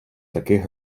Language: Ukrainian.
таких